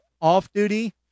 off-duty